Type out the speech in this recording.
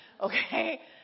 Okay